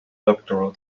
doctoral